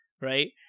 right